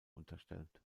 unterstellt